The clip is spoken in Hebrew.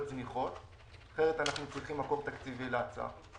זניחות כי אחרת אנחנו צריכים מקור תקציבי להצעה.